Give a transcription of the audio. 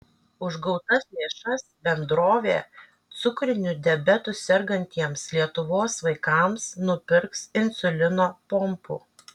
už gautas lėšas bendrovė cukriniu diabetu sergantiems lietuvos vaikams nupirks insulino pompų